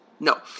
No